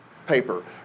Paper